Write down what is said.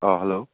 ꯑꯥ hello